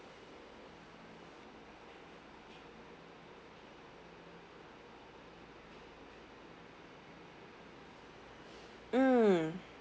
mm